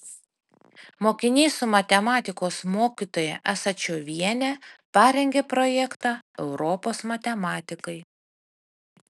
mokiniai su matematikos mokytoja asačioviene parengė projektą europos matematikai